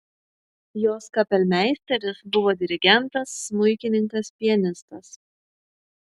jos kapelmeisteris buvo dirigentas smuikininkas pianistas